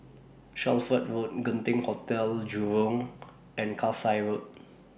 Shelford Road Genting Hotel Jurong and Kasai Road